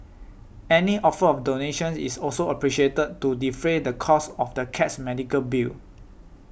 any offer of donations is also appreciated to defray the costs of the cat's medical bill